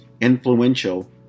influential